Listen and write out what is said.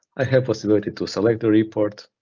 i have possibility to select the report,